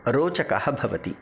रोचकः भवति